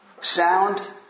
Sound